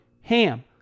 HAM